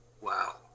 Wow